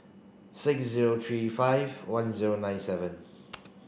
six zero three five one zero nine seven